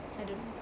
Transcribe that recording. I don't know